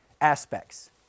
aspects